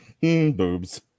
Boobs